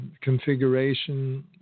configuration